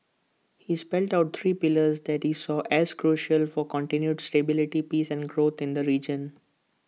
he spelt out three pillars that he saw as crucial for continued stability peace and growth in the region